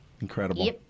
incredible